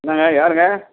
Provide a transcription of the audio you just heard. என்னங்க யாருங்க